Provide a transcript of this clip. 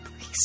please